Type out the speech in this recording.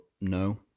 no